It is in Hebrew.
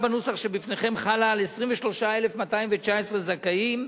ההצעה בנוסח שבפניכם חלה על 23,219 זכאים,